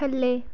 ਥੱਲੇ